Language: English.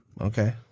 Okay